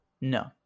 no